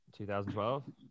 2012